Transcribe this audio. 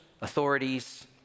authorities